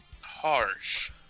Harsh